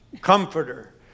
comforter